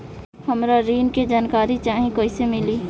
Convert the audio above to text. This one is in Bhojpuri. हमरा ऋण के जानकारी चाही कइसे मिली?